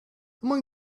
among